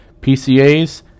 PCAs